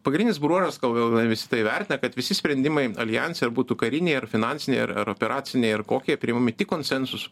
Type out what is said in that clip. pagrindinis bruožas gal gal visi tai įvertina kad visi sprendimai aljanse būtų kariniai ar finansiniai ar ar operaciniai ir kokie priimami tik konsensusu